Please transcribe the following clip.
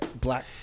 black